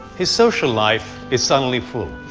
his social life is suddenly full.